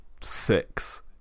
Six